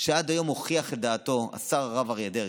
שעד היום הוכיח את דעתו, השר הרב אריה דרעי,